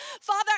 father